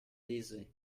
dizzy